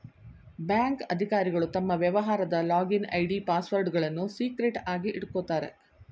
bank ಅಧಿಕಾರಿಗಳು ತಮ್ಮ ವ್ಯವಹಾರದ ಲಾಗಿನ್ ಐ.ಡಿ, ಪಾಸ್ವರ್ಡ್ಗಳನ್ನು ಸೀಕ್ರೆಟ್ ಆಗಿ ಇಟ್ಕೋತಾರೆ